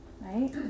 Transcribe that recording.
right